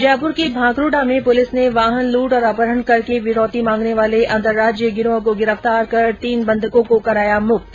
जयपुर के भांकरोटा में पुलिस ने वाहन लूटने और अपहरण करके फिरौती मांगने वाले अंतर्राज्यीय गिरोह को गिरफ्तार कर तीन बंधकों को कराया मुक्त